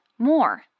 more